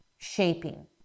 shaping